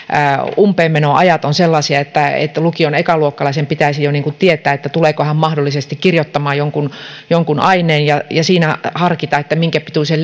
umpeenmenoajat ovat sellaisia että lukion ekaluokkalaisen pitäisi jo tietää tuleeko hän mahdollisesti kirjoittamaan jonkun jonkun aineen ja ja siinä harkita minkäpituisen